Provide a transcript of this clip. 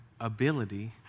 ability